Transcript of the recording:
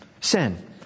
Sin